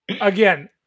Again